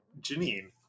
Janine